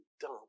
dumb